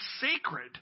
sacred